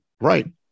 Right